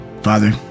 Father